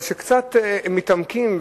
אבל כשקצת מתעמקים,